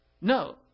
No